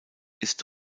ist